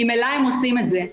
ממילא הם עושים את זה.